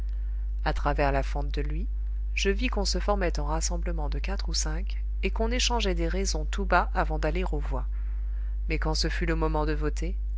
à travers la fente de l'huis je vis qu'on se formait en rassemblements de quatre ou cinq et qu'on échangeait des raisons tout bas avant d'aller aux voix mais quand ce fut le moment de voter